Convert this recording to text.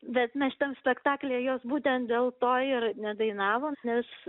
bet mes šitam spektaklyje jos būtent dėl to ir nedainavom nes